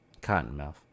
Cottonmouth